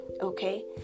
okay